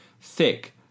thick